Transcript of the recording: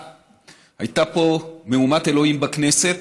כשעה הייתה פה מהומת אלוהים בכנסת,